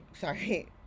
sorry